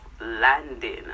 landing